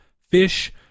fish